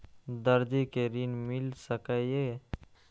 दर्जी कै ऋण मिल सके ये?